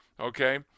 Okay